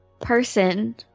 person